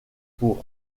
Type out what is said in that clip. pour